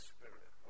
Spirit